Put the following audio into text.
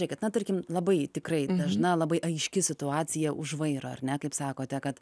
tai kad na tarkim labai tikrai dažna labai aiški situacija už vairo ar ne kaip sakote kad